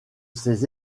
ses